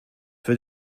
für